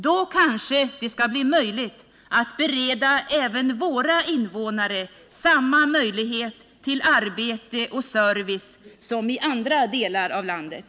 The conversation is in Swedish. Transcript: Då skall det kanske bli möjligt att bereda även våra invånare samma möjlighet till arbete och service som invånarna i andra delar av landet.